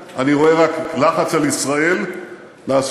עם "חמאס" אתה לא מדבר, עם הטרוריסטים אתה מדבר.